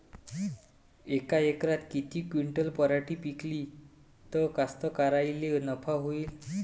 यका एकरात किती क्विंटल पराटी पिकली त कास्तकाराइले नफा होईन?